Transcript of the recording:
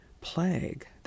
plague